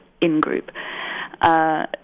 in-group